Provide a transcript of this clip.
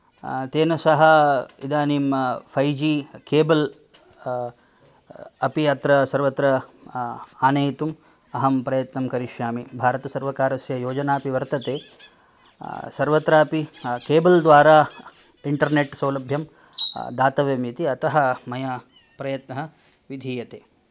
तेन सह इदानीं फै जी केबल् अपि अत्र सर्वत्र आनयितुम् अहं प्रयत्नम् करिष्यामि भारतसर्वकारस्य योजना अपि वर्तते सर्वत्रापि केबल् द्वारा इंटर्नेट् सौलभ्यं दातव्यम् इति अतः मया प्रयत्नः विधीयते